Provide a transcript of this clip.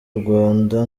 rwanda